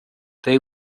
they